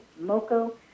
Moco